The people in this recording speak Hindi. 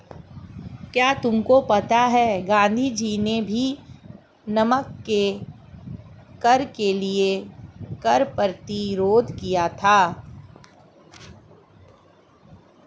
क्या तुमको पता है गांधी जी ने भी नमक के कर के लिए कर प्रतिरोध किया था